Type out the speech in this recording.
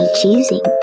choosing